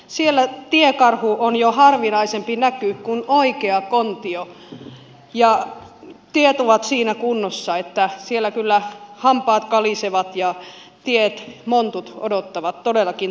siellä tiekarhu on jo harvinaisempi näky kuin oikea kontio ja tiet ovat siinä kunnossa että siellä kyllä hampaat kalisevat ja tiet montut odottavat todellakin tasoittajaa